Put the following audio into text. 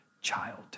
child